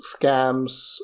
scams